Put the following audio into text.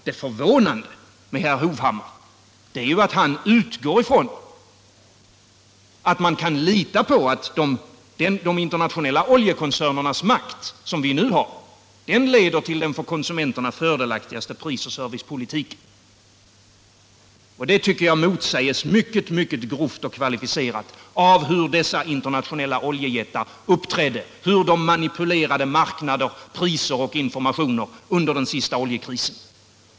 Det som förvånar mig är att herr Hovhammar utgår från att man kan lita på att de internationella oljekoncernernas makt leder till den för konsumenterna fördelaktigaste prisoch servicepolitiken. Det motsägs mycket grovt och kvalificerat av hur dessa internationella oljejättar uppträdde, hur de manipulerade med marknader, priser och informationer under den senaste oljekrisen.